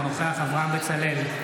אינו נוכח אברהם בצלאל,